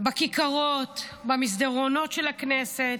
בכיכרות, במסדרונות של הכנסת.